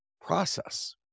process